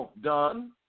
done